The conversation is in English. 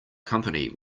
company